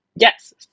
Yes